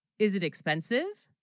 is it expensive